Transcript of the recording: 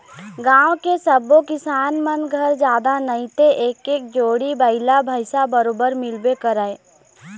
गाँव के सब्बो किसान मन घर जादा नइते एक एक जोड़ी बइला भइसा बरोबर मिलबे करय